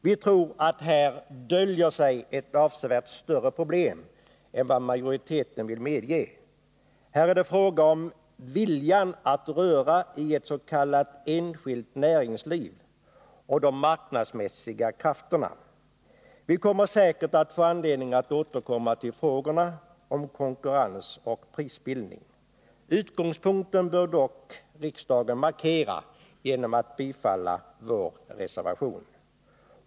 Vi tror att här döljer sig ett avsevärt större problem än vad majoriteten vill medge — det är fråga om viljan att röra i ett s.k. enskilt näringsliv och de marknadsmässiga krafterna. Vi kommer säkert att få anledning att återkomma till frågorna om konkurrens och prisbildning. Utgångspunkten bör dock riksdagen markera genom att bifalla vår reservation.